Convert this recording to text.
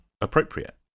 appropriate